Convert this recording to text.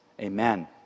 Amen